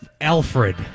Alfred